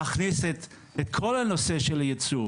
להכניס את כל הנושא של הייצוב,